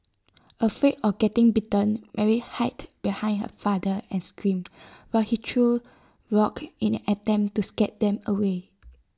afraid of getting bitten Mary hid behind her father and screamed while he threw rocks in an attempt to scare them away